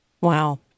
Wow